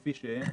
כפי שהן היום